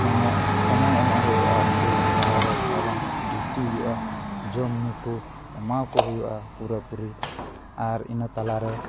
ᱢᱟᱱᱮ ᱥᱚᱢᱚᱭ ᱮᱢᱚᱜ ᱦᱩᱭᱩᱜᱼᱟ ᱩᱱᱠᱩ ᱛᱟᱞᱟᱨᱮ ᱛᱷᱚᱲᱟ ᱜᱟᱱ ᱰᱤᱭᱩᱴᱤ ᱦᱩᱭᱩᱜᱼᱟ ᱡᱚᱢ ᱧᱩ ᱠᱚ ᱮᱢᱟ ᱠᱚ ᱦᱩᱭᱩᱜᱼᱟ ᱯᱩᱨᱟᱹᱯᱩᱨᱤ ᱟᱨ ᱤᱱᱟᱹ ᱛᱟᱞᱟᱨᱮ